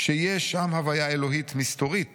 שיש שם הוויה אלוהית מסתורית